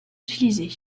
utilisé